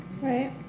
Right